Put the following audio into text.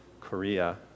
Korea